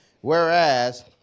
whereas